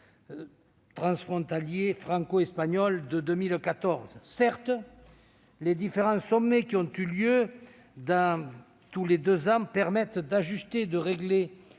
transfrontalier franco-espagnol de 2014. Certes, les différents sommets qui ont lieu tous les deux ans permettent des ajustements et de régler